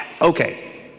Okay